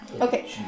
Okay